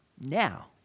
now